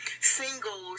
singles